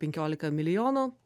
penkiolika milijonų